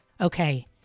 Okay